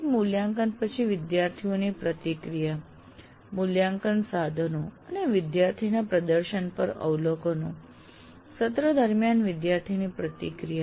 દરેક મૂલ્યાંકન પછી વિદ્યાર્થીઓની પ્રતિક્રિયા મૂલ્યાંકન સાધનો અને વિદ્યાર્થી પ્રદર્શન પર અવલોકનો સત્ર દરમિયાન વિદ્યાર્થીની પ્રતિક્રિયા